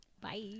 bye